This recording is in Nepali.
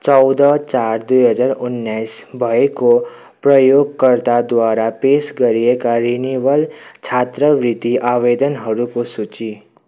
चौध चार दुई हजार उन्नाइस भएको प्रयोगकर्ताद्वारा पेस गरिएका रिनिवल छात्रवृत्ति आवेदनहरूको सूची